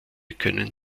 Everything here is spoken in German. können